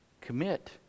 Commit